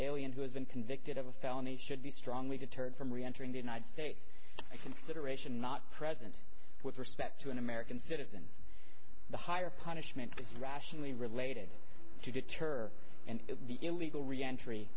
alien who has been convicted of a felony should be strongly deterred from reentering the united states consideration not present with respect to an american citizen the higher punishment is rationally related to deter and the illegal reentry